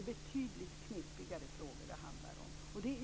Det handlar om betydligt knepigare frågor.